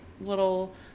little